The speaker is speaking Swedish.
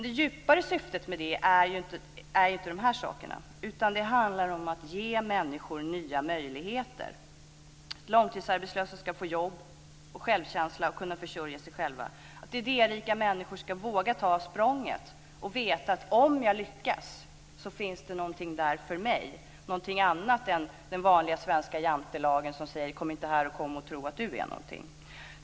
Det djupare syftet med det är dock inte de här sakerna, utan det handlar om att ge människor nya möjligheter. Långtidsarbetslösa ska få jobb och självkänsla och kunna försörja sig själva. Idérika människor ska våga ta språnget och veta att om jag lyckas finns det någonting där för mig, någonting annat än den vanliga svenska jantelagen som säger: Kom inte här och tro att du är någonting!